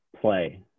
play